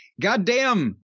goddamn